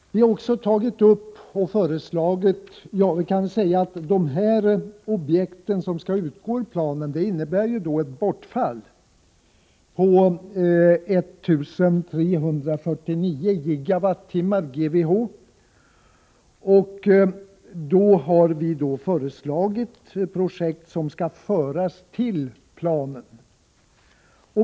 Att dessa objekt skall utgå ur planen innebär ett bortfall på 1 349 GWh. Vi har då föreslagit projekt som skall föras till planen.